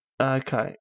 Okay